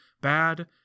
bad